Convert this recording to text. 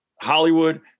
Hollywood